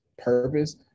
purpose